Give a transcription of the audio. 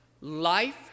life